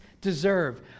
deserve